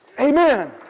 Amen